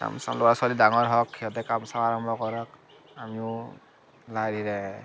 ল'ৰা ছোৱালী ডাঙৰ হওক সিহঁতে কাম চাম আৰম্ভ কৰক আমিও লাহে ধীৰে